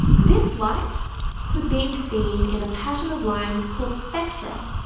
this light could be seen in a pattern of lines called spectra,